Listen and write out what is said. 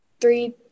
three